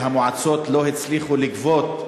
שהמועצות לא הצליחו לגבות,